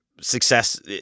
success